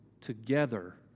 together